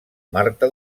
marta